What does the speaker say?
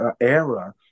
era